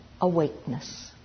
awakeness